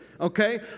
Okay